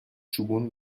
شگون